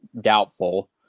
doubtful